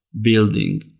building